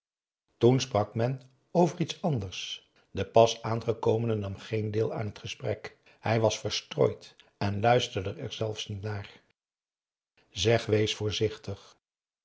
toen sprak men over iets anders de pas aangekomene nam geen deel aan het gesprek hij was verstrooid en luisterde er zelfs niet naar zeg wees voorzichtig